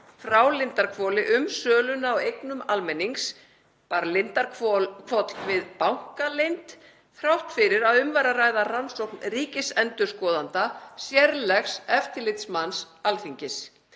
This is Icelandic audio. frá Lindarhvoli um sölu á eignum almennings. Bar Lindarhvoll við bankaleynd þrátt fyrir að um væri að ræða rannsókn ríkisendurskoðanda, sérlegs eftirlitsmanns Alþingis.